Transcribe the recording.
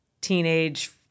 teenage